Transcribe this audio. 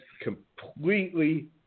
completely